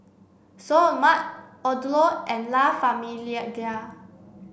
Seoul Mart Odlo and La Famiglia